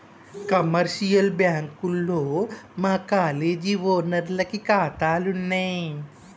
commercial బ్యాంకుల్లో మా కాలేజీ ఓనర్లకి కాతాలున్నయి